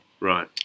Right